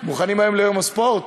מוכנים היום ליום הספורט?